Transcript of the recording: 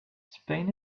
spain